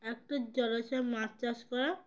একটু জলাশয়ে মাছ চাষ করা